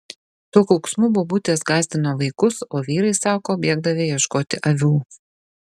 tuo kauksmu bobutės gąsdino vaikus o vyrai sako bėgdavę ieškoti avių